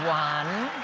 one.